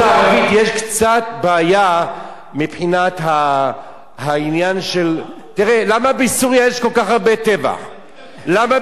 אמרת דברים נכונים, למה לקלקל אותם?